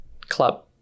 club